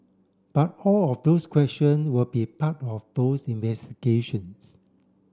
but all of those question will be part of those investigations